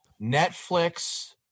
netflix